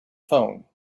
phone